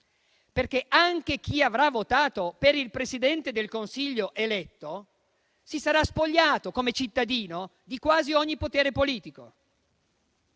perché anche chi avrà votato per il Presidente del Consiglio eletto si sarà spogliato, come cittadino, di quasi ogni potere politico.